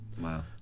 Wow